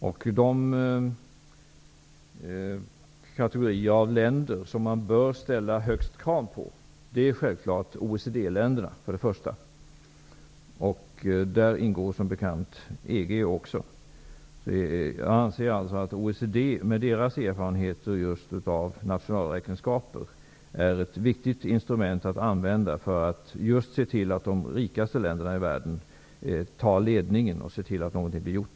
Det är självklart att det är OECD länderna som man bör ställa de hårdaste kraven på. Där ingår som bekant också EG-länderna. Jag anser alltså att OECD-länderna med deras erfarenheter av nationalräkenskaper är ett viktigt instrument att använda för att se till att de rikaste länderna i världen tar ledningen för att få någonting gjort.